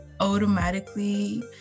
Automatically